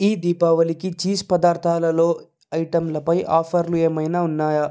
ఈ దీపావళికి చీజ్ పదార్థాలలో ఐటమ్లపై ఆఫర్లు ఏమైనా ఉన్నాయా